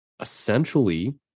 essentially